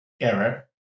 error